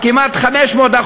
של כולנו.